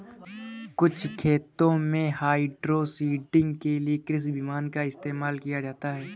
कुछ खेतों में हाइड्रोसीडिंग के लिए कृषि विमान का इस्तेमाल किया जाता है